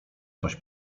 coś